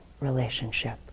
relationship